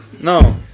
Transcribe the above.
No